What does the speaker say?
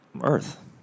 Earth